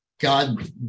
God